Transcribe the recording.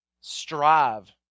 Strive